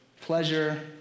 Pleasure